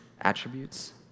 attributes